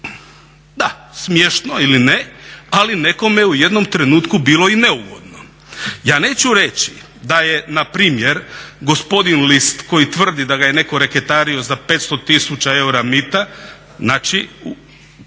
Da, smiješno ili ne ali je nekome u jednom trenutku bilo neugodno. Ja neću reći da je npr. gospodin List koji tvrdi da ga je netko reketario za 500 tisuća eura mita bio